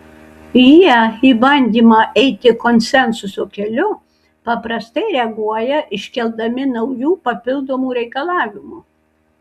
jie į bandymą eiti konsensuso keliu paprastai reaguoja iškeldami naujų papildomų reikalavimų